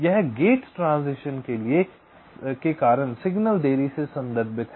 यह गेट संक्रमण के कारण सिग्नल देरी से संदर्भित है